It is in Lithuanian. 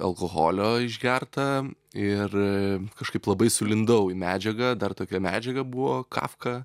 alkoholio išgerta ir kažkaip labai sulindau į medžiagą dar tokia medžiaga buvo kafka